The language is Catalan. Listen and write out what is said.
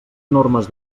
normes